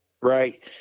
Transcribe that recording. Right